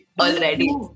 already